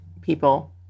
people